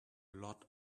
lot